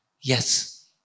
Yes